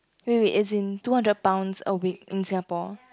wait wait as in two hundred pounds a week in Singapore